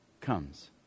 comes